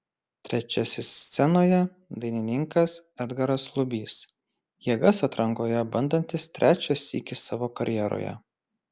trečiasis scenoje dainininkas edgaras lubys jėgas atrankoje bandantis trečią sykį savo karjeroje